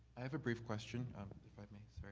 i have a brief question, um if i may,